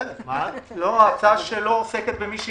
תלוי מתי